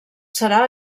serà